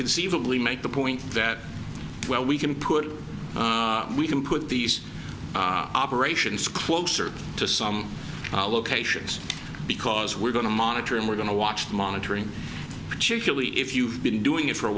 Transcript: conceivably make the point that well we can put we can put these operations closer to some locations because we're going to monitor and we're going to watch monitoring particularly if you've been doing it for a